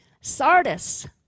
Sardis